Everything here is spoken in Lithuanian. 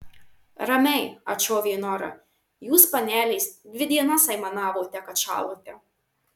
ramiai atšovė nora jūs panelės dvi dienas aimanavote kad šąlate